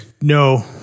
No